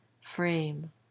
frame